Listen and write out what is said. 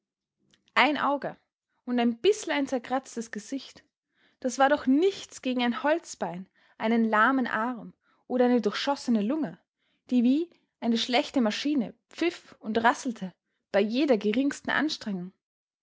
ein auge und ein bisl ein zerkratztes gesicht das war doch nichts gegen ein holzbein einen lahmen arm oder eine durchschossene lunge die wie eine schlechte maschine pfiff und rasselte bei jeder geringsten anstrengung